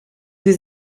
sie